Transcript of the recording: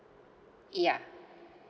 yeah